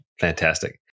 Fantastic